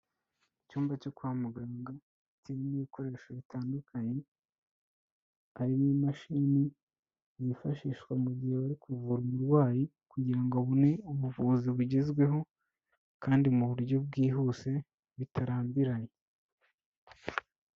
Icyumba cyo kwa muganga kirimo ibikoresho bitandukanye, hari n'imashini yifashishwa mu gihe bari kuvura umurwayi kugira ngo abone ubuvuzi bugezweho kandi mu buryo bwihuse bitarambiranye.